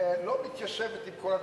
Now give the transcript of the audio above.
לא מתיישבת עם כל הדברים,